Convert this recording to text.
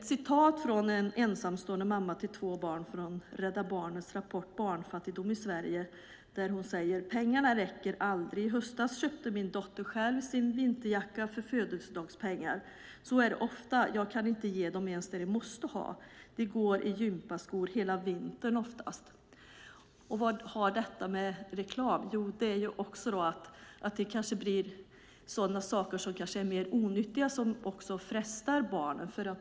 Jag ska citera från Rädda Barnens rapport Barnfattigdom i Sverige . Där säger en ensamstående mamma följande: "Pengarna räcker aldrig, i höstas köpte min dotter själv sin vinterjacka för födelsedagspengar. Så är det ofta, jag kan inte ge dem ens det de måste ha. De går i gympaskor hela vintern oftast." Vad har detta med reklam att göra? Jo, därför att saker som kanske är mer onyttiga frestar barnen.